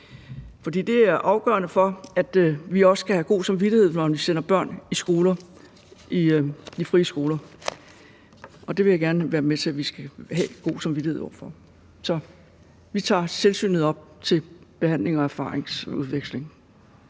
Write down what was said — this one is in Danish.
det er afgørende for, at vi også kan have god samvittighed, når vi sender børn i frie skoler, og det vil jeg gerne være med til at vi skal have god samvittighed med. Men vi tager tilsynet op til behandling og erfaringsudveksling.